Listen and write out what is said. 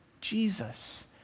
Jesus